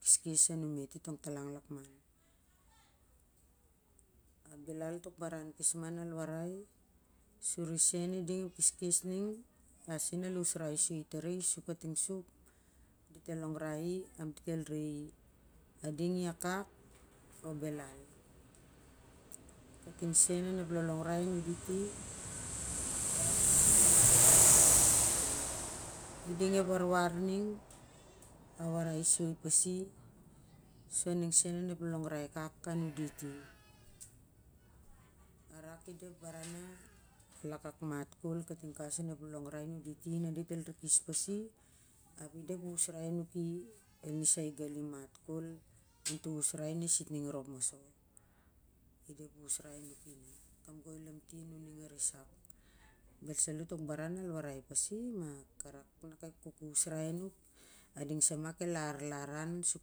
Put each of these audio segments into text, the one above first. Kes kes a numet i tongtalang an lakman. Ap belal ma tok baran kol ma na rak al warai sur i sen i ding ep keskes ning arak al usrai soi tar i sur kating sup su dit el longrai i ap dit el re i ading i akak o belal kating sen onep lolongrai nundit i ding a warwar soi pasi kating sen onep lokongrai akak a nunditi. A rak i da ep baran na el akak mat kol kating kawas onep lolongrai a liuu diti na di el nikis pasi, ap i da ep usrai nun e sitnig rop maso ida ep usrai a nuki na. Ep kamgoi lamtin u ning a a risak, bel salo tok baran arak al usrai pasi ma ka rak nak kok usrai a nuk a ding sa ma kel arlar an su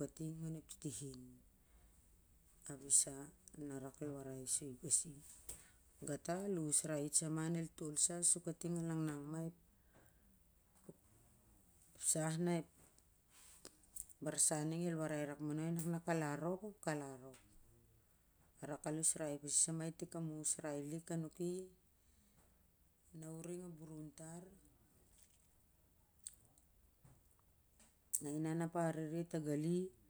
kating an ep titil in, ap i sa na rak al warai soi pasi. Gata a rak sama al usrai itol sama ep baran ning na el warai nak nakal arop ap pal a rop arak sama al usrai pasitik sama kam usrai na uring na arere tar tasali an.